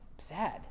sad